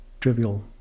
trivial